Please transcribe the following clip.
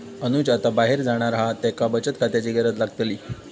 अनुज आता बाहेर जाणार हा त्येका बचत खात्याची गरज लागतली